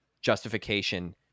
justification